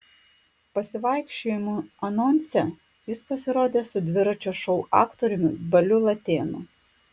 pasivaikščiojimų anonse jis pasirodo su dviračio šou aktoriumi baliu latėnu